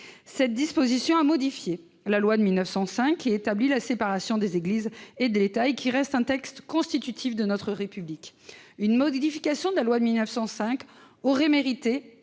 Cette disposition a modifié la loi de 1905, qui établit la séparation des Églises et de l'État et qui reste un texte constitutif de notre République. Cette modification de la loi de 1905 aurait mérité